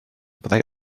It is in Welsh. fyddai